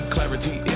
Clarity